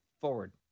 Forward